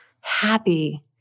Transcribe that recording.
happy